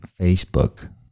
Facebook